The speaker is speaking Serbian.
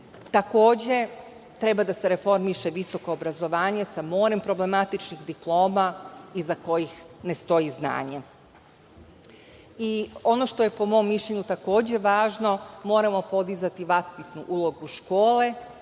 Takođe, treba da se reformiše visoko obrazovanje sa morem problematičnih diploma iza kojih ne stoji znanje. Ono što je po mom mišljenju takođe važno, moramo podizati vaspitnu ulogu škole,